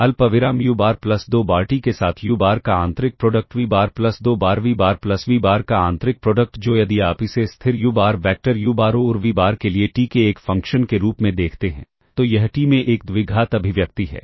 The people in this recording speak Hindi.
अल्पविराम u बार प्लस दो बार t के साथ u बार का आंतरिक प्रोडक्ट v बार प्लस 2 बार v बार प्लस v बार का आंतरिक प्रोडक्ट जो यदि आप इसे स्थिर u बार वैक्टर u बार और v बार के लिए t के एक फ़ंक्शन के रूप में देखते हैं तो यह t में एक द्विघात अभिव्यक्ति है